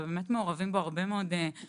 ובאמת מעורבים בו הרבה גורמים.